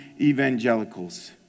evangelicals